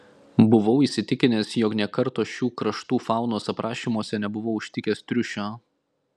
buvau įsitikinęs jog nė karto šių kraštų faunos aprašymuose nebuvau užtikęs triušio